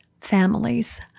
families